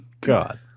God